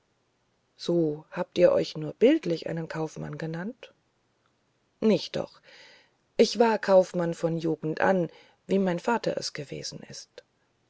so habt ihr euch nur bildlich einen kaufmann genannt nicht doch ich war kaufmann von jugend auf wie mein vater es gewesen ist